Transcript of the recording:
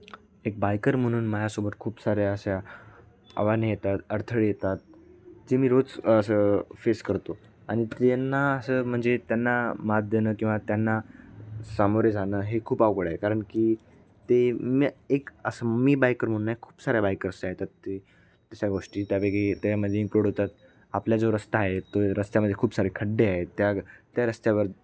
एक बायकर म्हणून माझ्यासोबत खूप साऱ्या अशा आव्हाने येतात अडथळे येतात जे मी रोज असं फेस करतो आणि त्यांना असं म्हणजे त्यांना मात देणं किंवा त्यांना सामोरे जाणं हे खूप अवघड आहे कारण की ते मी एक असं मी बायकर म्हणत नाही खूप साऱ्या बायकर्सच्या येतात ते त्या अशा गोष्टी त्यापैकी त्यामध्ये इन्कलोड होतात आपल्या जो रस्ता आहे तो रस्त्यामध्ये खूप सारे खड्डे आहेत त्या त्या रस्त्यावर